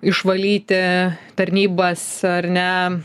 išvalyti tarnybas ar ne